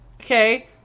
Okay